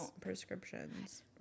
prescriptions